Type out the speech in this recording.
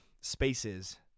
spaces